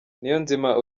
niyonzima